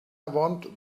want